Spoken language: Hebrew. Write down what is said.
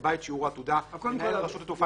שיקבע את שיעור העתודה מנהל הרשות לתעופה